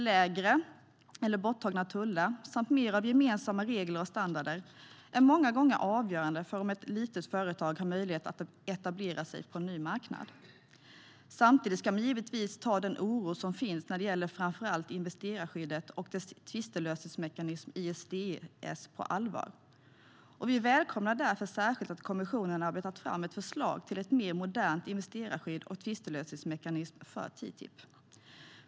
Lägre eller borttagna tullar samt mer av gemensamma regler och standarder är många gånger avgörande för om ett litet företag har möjlighet att etablera sig på en ny marknad. Samtidigt ska man givetvis ta den oro som finns när det gäller framför allt investerarskyddet och dess tvistlösningsmekanism, ISDS, på allvar. Vi välkomnar därför särskilt att kommissionen arbetat fram ett förslag till ett mer modernt investerarskydd och en tvistlösningsmekanism för TTIP.